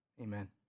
amen